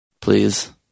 Please